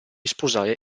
sposare